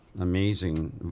amazing